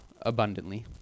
abundantly